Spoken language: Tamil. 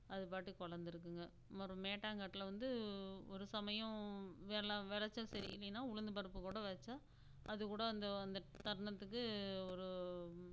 அது பாட்டுக்கு வளந்து இருக்குங்க அப்புறம் மேட்டாங்காட்டில் வந்து ஒரு சமயம் வெல்ல விளைச்ச சரி இல்லைனா உளுந்து பருப்பு கூட விதைச்சா அது கூட அந்த அந்த தருணத்துக்கு ஒரு